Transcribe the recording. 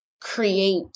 create